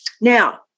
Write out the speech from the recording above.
now